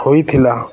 ହୋଇଥିଲା